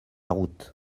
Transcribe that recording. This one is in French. route